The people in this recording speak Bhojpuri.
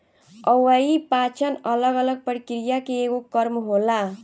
अव्ययीय पाचन अलग अलग प्रक्रिया के एगो क्रम होला